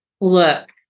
look